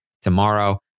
tomorrow